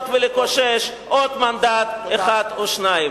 לנסות ולקושש עוד מנדט אחד או שניים.